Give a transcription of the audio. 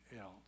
else